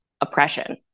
oppression